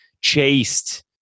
chased